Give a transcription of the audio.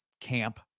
camp